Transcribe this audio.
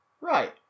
Right